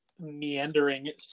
meandering